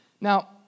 Now